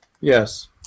Yes